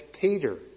Peter